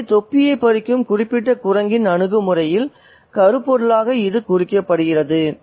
எனவே தொப்பியைப் பறிக்கும் குறிப்பிட்ட குரங்கின் அணுகுமுறையில் கருப்பொருளாக இது குறிக்கப்படுகிறது